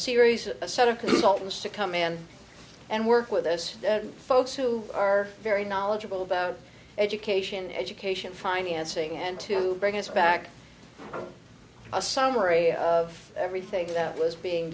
series of a set of consultants to come in and work with those folks who are very knowledgeable about education education financing and to bring us back a summary of everything that was being